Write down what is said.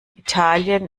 italien